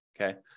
okay